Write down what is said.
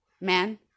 man